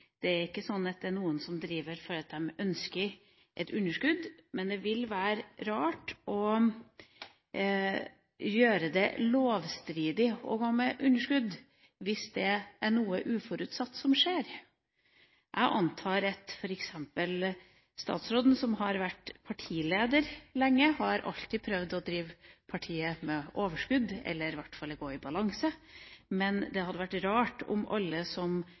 Det er ikke sånn at det er noen som ønsker et underskudd. Men det ville være rart å gjøre det lovstridig å gå med underskudd – hvis noe uforutsatt skjer. Jeg antar at f.eks. statsråden, som har vært partileder lenge, alltid har prøvd å drive partiet med overskudd, eller i hvert fall å gå i balanse, men det hadde vært rart om alle som